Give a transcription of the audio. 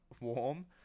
warm